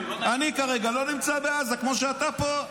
אני כרגע לא נמצא בעזה כמו שאתה פה.